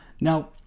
Now